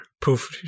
poof